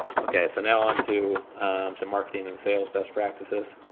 okay, so now onto some marketing and sales best practices.